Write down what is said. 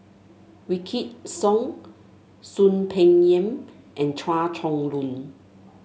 Wykidd Song Soon Peng Yam and Chua Chong Long